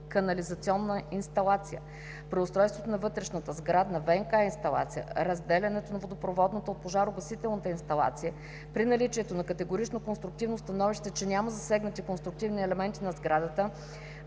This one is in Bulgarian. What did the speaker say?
канализационна инсталация, преустройството на вътрешната, сградна ВиК инсталация, разделянето на водопроводната от пожарогасителната инсталация, при наличието на категорично конструктивно становище, че няма засегнати конструктивни елементи на сградата,